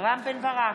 רם בן ברק,